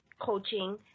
coaching